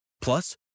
Plus